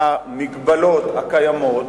שבמסגרת המגבלות הקיימות,